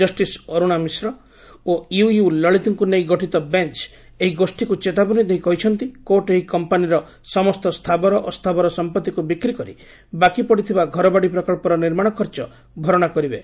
justice Arun Mishra ଓ U U ଲଳିତଙ୍କୁ ନେଇ ଗଠିତ ବେଞ୍ ଏହି ଗୋଷୀକୁ ଚେତାବନୀ ଦେଇ କହିଛନ୍ତି କୋର୍ଟ ଏହି କମ୍ପାନୀର ସମସ୍ତ ସ୍ଥାବର ଅସ୍ଥାବର ସମ୍ପତ୍ତିକୁ ବିକ୍ରିକରି ବାକି ପଡ଼ିଥିବା ଘରବାଡ଼ି ପ୍ରକହର ନିର୍ମାଣ ଖର୍ଚ୍ଚ ଭରଣା କରିବେ